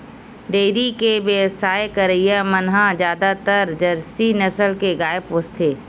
dairy के बेवसाय करइया मन ह जादातर जरसी नसल के गाय पोसथे